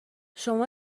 شما